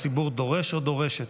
הציבור דורש או דורשת?